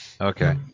Okay